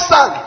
Son